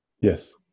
Yes